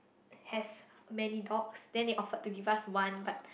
has many dogs then they offered to give us one but